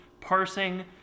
parsing